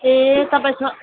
ए तपाईँ स